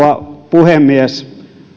puhemies